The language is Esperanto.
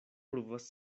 pruvas